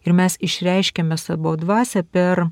ir mes išreiškiame savo dvasią per